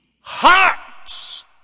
hearts